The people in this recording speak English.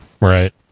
Right